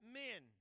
men